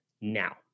now